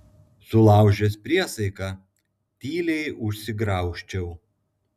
sulaužęs priesaiką tyliai užsigraužčiau